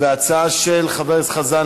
והצעה של חבר הכנסת חזן,